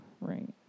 Right